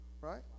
right